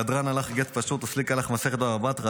"הדרן עליך גט פשוט וסליקא לך מסכת בבא בתרא,